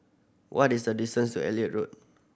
what is the distance to Elliot Road